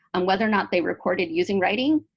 on whether or not they recorded using writing,